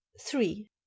Three